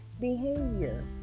behavior